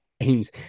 games